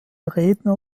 redner